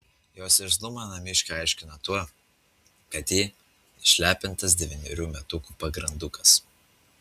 jos irzlumą namiškiai aiškino tuo kad ji išlepintas devynerių metukų pagrandukas